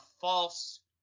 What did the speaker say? false